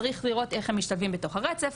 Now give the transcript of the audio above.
צריך לראות איך הם משתלבים בתוך הרצף.